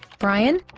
brian